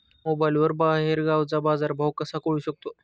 मोबाईलवर बाहेरगावचा बाजारभाव कसा कळू शकतो?